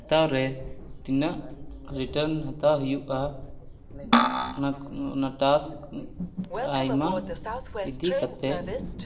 ᱦᱟᱛᱟᱣ ᱨᱮ ᱛᱤᱱᱟᱹᱜ ᱨᱤᱴᱟᱱ ᱦᱟᱛᱟᱣ ᱦᱩᱭᱩᱜᱼᱟ ᱚᱱᱟ ᱚᱱᱟ ᱴᱟᱥᱠ ᱟᱭᱢᱟ ᱤᱫᱤ ᱠᱟᱛᱮ